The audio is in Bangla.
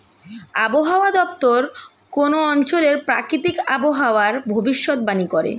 আবহাওয়া দপ্তর কোন অঞ্চলের প্রাকৃতিক আবহাওয়ার ভবিষ্যতবাণী করে